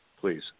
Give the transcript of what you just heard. please